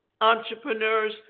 entrepreneurs